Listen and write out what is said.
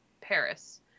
Paris